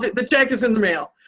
but the check is in the mail.